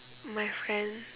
my friend